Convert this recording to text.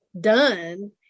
done